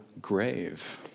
grave